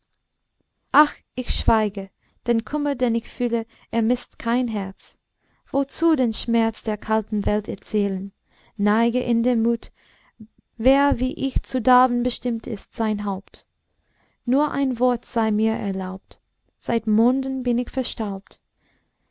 ach ich schweige den kummer den ich fühle ermißt kein herz wozu den schmerz der kalten welt erzählen neige in demut wer wie ich zu darben bestimmt ist sein haupt nur ein wort sei mir erlaubt seit monden bin ich verstaubt